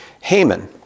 Haman